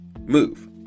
move